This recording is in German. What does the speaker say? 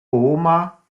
oma